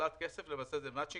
קבלת כסף, למעשה זה מצ'ינג.